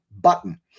button